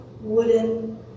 wooden